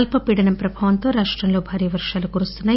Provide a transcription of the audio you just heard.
అల్సపీడనం ప్రభావం తో రాష్టం లో భారీ వర్షాలు కురుస్తున్నాయి